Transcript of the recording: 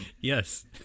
Yes